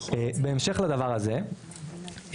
בהמשך לדבר הזה,